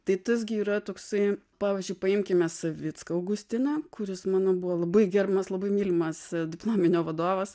tai tas gi yra toksai pavyzdžiui paimkime savicką augustiną kuris mano buvo labai gerbiamas labai mylimas diplominio vadovas